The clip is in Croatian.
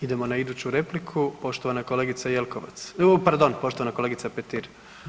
Idemo na iduću repliku, poštovana kolegica Jelkovac, pardon, poštovana kolegica Petir.